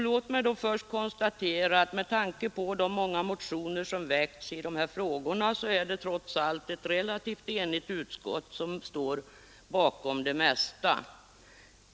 Låt mig då först konstatera att med tanke på de många motioner som väckts i dessa frågor är det trots allt ett relativt enigt utskott som står bakom det mesta av utskottets betänkande.